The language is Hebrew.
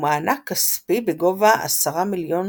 ומענק כספי בגובה 10 מיליון